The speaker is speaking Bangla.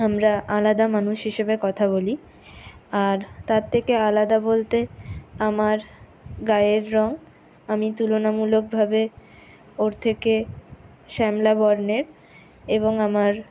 আমরা আলাদা মানুষ হিসেবে কথা বলি আর তার থেকে আলাদা বলতে আমার গায়ের রং আমি তুলনামূলকভাবে ওর থেকে শ্যামলা বর্ণের এবং আমার